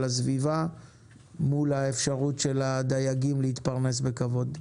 הסביבה מול האפשרות של הדייגים להתפרנס בכבוד.